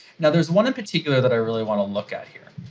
now, there's one in particular that i really want to look at here.